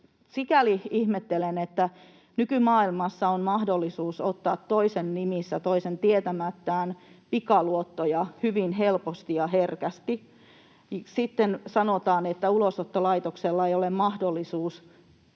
Sikäli ihmettelen, että nykymaailmassa on mahdollisuus ottaa toisen nimissä toisen tietämättä pikaluottoja hyvin helposti ja herkästi. Sitten sanotaan, että Ulosottolaitoksella ei ole mahdollisuutta